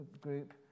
group